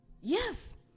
Yes